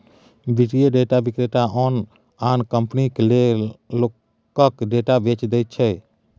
वित्तीय डेटा विक्रेता आन आन कंपनीकेँ लोकक डेटा बेचि दैत छै